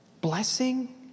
blessing